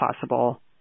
possible